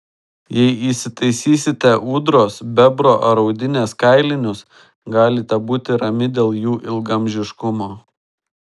jei įsitaisysite ūdros bebro ar audinės kailinius galite būti rami dėl jų ilgaamžiškumo